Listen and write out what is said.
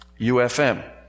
UFM